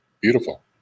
beautiful